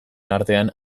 artean